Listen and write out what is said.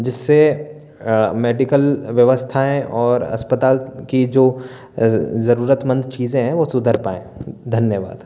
जिससे मेडिकल व्यवस्थाएँ और अस्पताल की जो ज़रूरतमंद चीज़ें हैं वो सुधर पाएँ धन्यवाद